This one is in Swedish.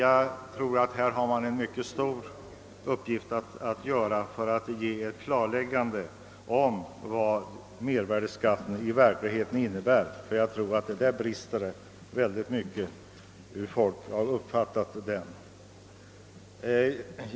Det är enligt min mening en mycket viktig uppgift att klarlägga för allmänheten vad mervärdeskatten i verkligheten innebär. Det brister säkerligen mycket i folks uppfattning därvidlag.